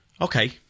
Okay